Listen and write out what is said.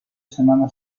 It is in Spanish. semana